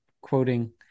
quoting